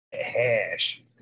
hash